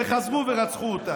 וחזרו ורצחו אותה.